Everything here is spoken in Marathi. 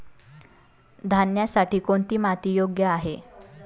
धान्यासाठी कोणती माती योग्य आहे?